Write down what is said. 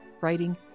writing